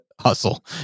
hustle